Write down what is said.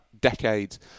decades